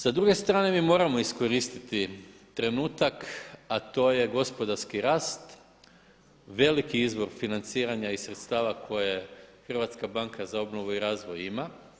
S druge strane mi moramo iskoristiti trenutak a to je gospodarski rast, veliki izvor financiranja iz sredstava koje HBOR za obnovu i razvoj ima.